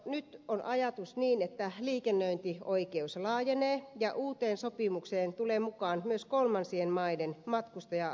nyt on ajatus niin että liikennöintioikeus laajenee ja uuteen sopimukseen tulevat mukaan myös kolmansien maiden matkustaja alukset